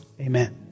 Amen